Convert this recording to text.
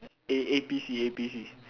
eh A_P_C A_P_C